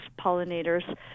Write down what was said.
pollinators